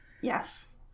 Yes